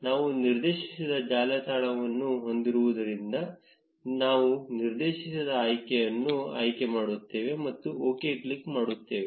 ನಾವು ನಿರ್ದೇಶಿಸಿದ ಜಾಲತಾಣವನ್ನು ಹೊಂದಿರುವುದರಿಂದ ನಾವು ನಿರ್ದೇಶಿಸಿದ ಆಯ್ಕೆಯನ್ನು ಆಯ್ಕೆ ಮಾಡುತ್ತೇವೆ ಮತ್ತು OK ಕ್ಲಿಕ್ ಮಾಡುತ್ತೇವೆ